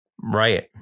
Right